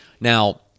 Now